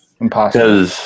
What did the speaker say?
Impossible